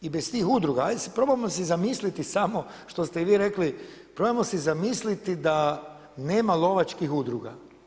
I bez tih udruga, ajde probajmo si zamisliti samo, što ste i vi rekli, probajmo si zamisliti da nema lovačkih udruga.